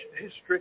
history